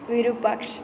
Virupaksh